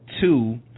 two